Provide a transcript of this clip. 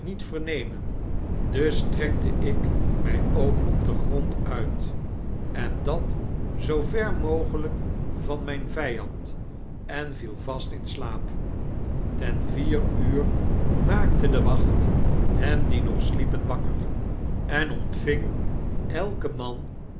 niet vernemen dus strekte ik my ook op den grond uit en dat zoo ver mogelyk van myn vijand en viel vast in slaap ten vier uur maakte de wacht hen die nog sliepen wakker en ontving elk man